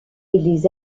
les